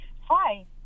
Hi